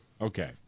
Okay